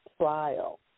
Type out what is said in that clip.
trial